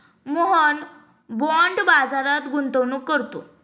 Mohan bond बाजारात गुंतवणूक करतो